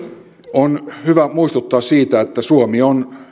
on hyvä muistuttaa siitä että suomi on